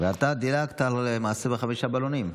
ואתה דילגת על מעשה בחמישה בלונים.